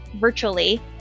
virtually